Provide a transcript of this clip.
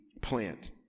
plant